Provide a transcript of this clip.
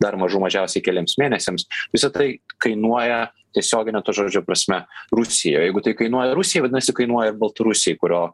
dar mažų mažiausiai keliems mėnesiams visa tai kainuoja tiesiogine to žodžio prasme rusijoj jeigu tai kainuoja rusijai vadinasi kainuoja baltarusiai kurio